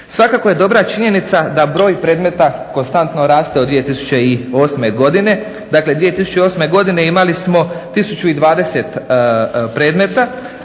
Svakako je dobra činjenica da broj predmeta konstantno raste o 2008. godine. Dakle, 2008. godine imali smo tisuću